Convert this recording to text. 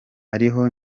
ariho